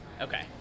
Okay